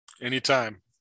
Anytime